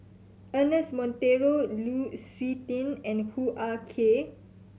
Ernest Monteiro Lu Suitin and Hoo Ah Kay